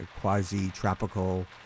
quasi-tropical